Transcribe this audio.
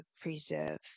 preserve